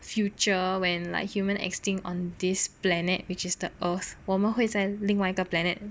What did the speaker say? future when like human extinct on this planet which is the earth 我们会在另外一个 planet